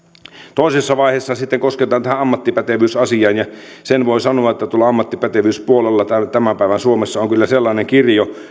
toisessa vaiheessa sitten kosketaan tähän ammattipätevyysasiaan sen voin sanoa että tuolla ammattipätevyyspuolella tämän tämän päivän suomessa on kyllä sellainen kirjo